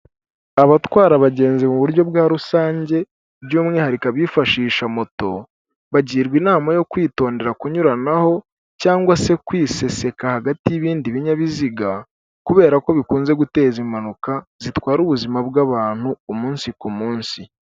Abatwara abagenzi mu buryo bwa rusange by'umwihariko abifashisha moto bagirwa inama yo kwitondera kunyuranaho cyangwa se kwiseseka hagati y'ibindi binyabiziga kubera ko bikunze guteza impanuka zitwara ubuzima bw'abantu umunsi ku munsi.